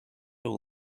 all